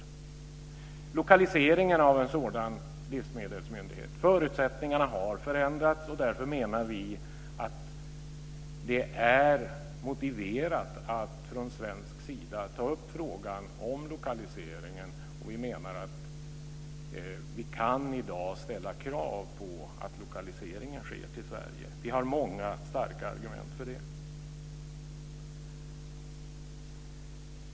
När det gäller lokalisering av en sådan livsmedelsmyndighet har förutsättningarna förändrats. Därför menar vi att det är motiverat att från svensk sida ta upp frågan om lokaliseringen. Vi menar att vi i dag kan ställa krav på att lokaliseringen sker till Sverige. Vi har många starka argument för det.